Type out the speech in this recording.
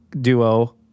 duo